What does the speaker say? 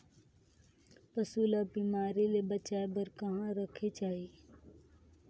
पशु ला बिमारी ले बचाय बार कहा रखे चाही?